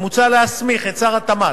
ומוצע להסמיך את שר התמ"ת,